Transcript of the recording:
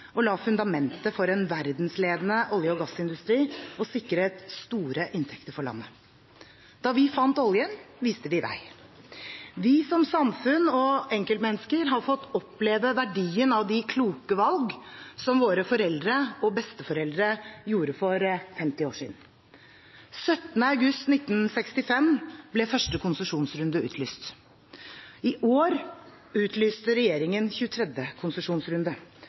og la fundamentet for en verdensledende olje- og gassindustri og sikret store inntekter for landet. Da vi fant oljen, viste vi vei. Vi som samfunn og enkeltmennesker har fått oppleve verdien av de kloke valg som våre foreldre og besteforeldre gjorde for 50 år siden. 17. august 1965 ble 1. konsesjonsrunde utlyst. I år utlyste regjeringen 23. konsesjonsrunde.